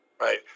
Right